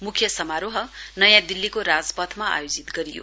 म्ख्य समारोह नयाँ दिल्लीको राजपथमा आयोजित गरियो